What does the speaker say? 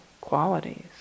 qualities